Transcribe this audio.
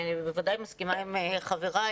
אני בוודאי מסכימה עם חבריי,